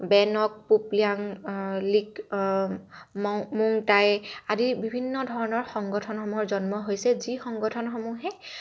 বেনক পপিয়াং লিক মাউম্যুংটাই আদি বিভিন্ন ধৰণৰ সংগঠনসমূহৰ জন্ম হৈছে যি সংগঠনসমূহে